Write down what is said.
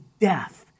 death